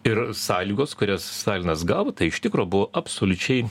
ir sąlygos kurias stalinas gavo tai iš tikro buvo absoliučiai